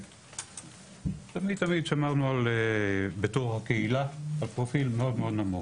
תמיד שמרנו בתור קהילה על פרופיל מאוד נמוך.